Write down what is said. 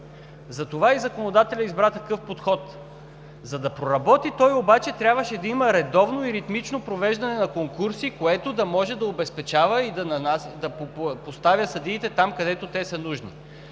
Затова и законодателят избра такъв подход. За да проработи той обаче, трябваше да има редовно и ритмично провеждане на конкурси, което да може да обезпечава и да поставя съдиите там, където те са нужни.